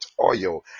oil